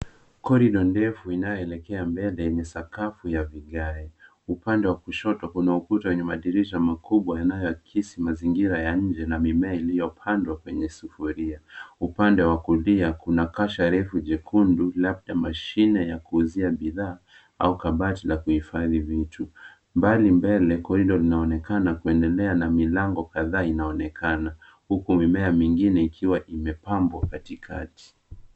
Corridor ndefu inayoelekea mbele na sakafu ya vigae. Upande wa kushoto kuna ukuta wenye madirisha makubwa yanayoakisi mazingira ya nje na mimea iliyopandwa kwenye sufuria. Upande wa kulia kuna kasha refu jekundu, labda mashine ya kuuzia bidhaa, au kabati la kuhifadhi vitu. Mbali mbele corridor linaonekana kuendelea na milango kadhaa inaonekana, huku mimea mingine ikiwa imepambwa katikati.